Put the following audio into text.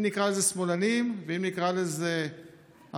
אם נקרא לזה שמאלנים ואם נקרא לזה ערבים